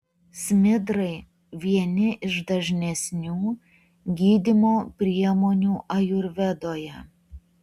smidrai vieni iš dažnesnių gydymo priemonių ajurvedoje